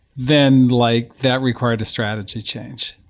then like that required a strategy change.